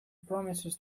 promises